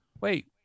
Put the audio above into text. wait